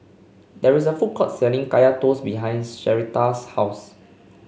there is a food court selling Kaya Toast behind Sherita's house